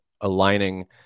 aligning